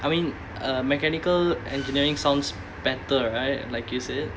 I mean uh mechanical engineering sounds better right like you said